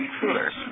coolers